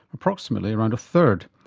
approximately around a third.